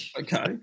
Okay